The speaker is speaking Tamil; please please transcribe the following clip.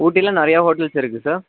ஊட்டியில் நிறையா ஹோட்டல்ஸ் இருக்குது சார்